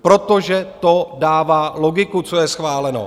Protože to dává logiku, co je schváleno.